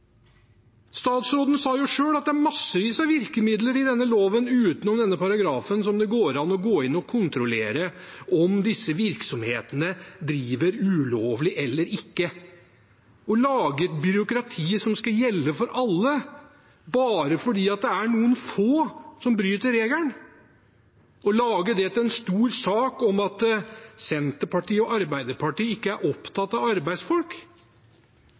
Statsråden sa selv at det er massevis av virkemidler i denne loven utenom denne paragrafen som gjør at man kan gå inn og kontrollere om disse virksomhetene driver ulovlig eller ikke. Å lage et byråkrati som skal gjelde for alle, bare fordi noen få bryter regelen, og å lage det til en stor sak om at Senterpartiet og Arbeiderpartiet ikke er opptatt av arbeidsfolk,